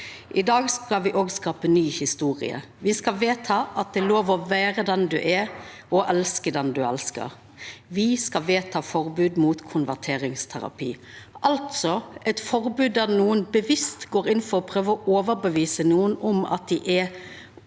I dag skal me skapa ny historie. Me skal vedta at det er lov å vera den du er, å elska den du elskar. Me skal vedta forbod mot konverteringsterapi, altså eit forbod der nokon bevisst går inn for å prøva å overtyda nokon om at det